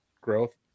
growth